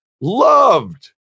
loved